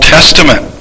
Testament